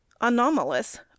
anomalous